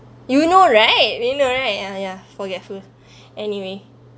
you know right we know right !aiya! forgetful anyway